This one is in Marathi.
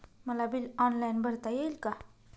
मला बिल ऑनलाईन भरता येईल का?